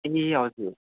ए हजुर